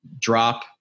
drop